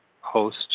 host